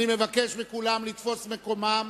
אני מבקש מכולם לתפוס מקומם